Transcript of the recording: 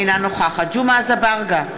אינה נוכחת ג'מעה אזברגה,